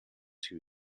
two